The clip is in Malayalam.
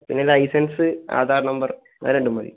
പിന്നെ ലൈസൻസ് ആധാർ നമ്പർ അത് രണ്ടും മതി